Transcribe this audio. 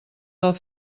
del